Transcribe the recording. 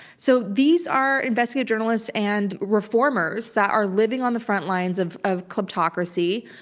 so these are investigative journalists and reformers that are living on the front lines of of kleptocracy.